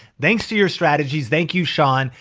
thanks to your strategies. thank you sean.